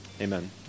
Amen